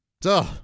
Duh